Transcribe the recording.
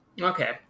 Okay